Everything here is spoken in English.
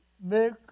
make